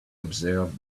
observe